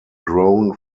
grown